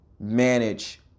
manage